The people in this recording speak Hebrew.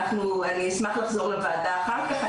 אני אשמח לחזור לוועדה בנושא הזה אחר כך.